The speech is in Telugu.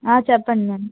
చెప్పండి మ్యామ్